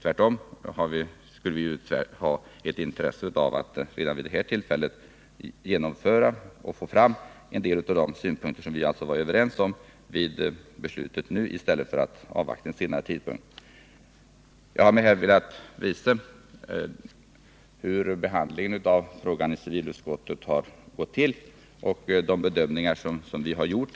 Tvärtom har vi intresse av att redan vid det här tillfället få fram en del av de synpunkter som vi alltså var överens om i civilutskottet i stället för att avvakta en senare tidpunkt. Jag har med detta velat redovisa hur behandlingen av frågan har gått till i civilutskottet och de bedömningar som vi där har gjort.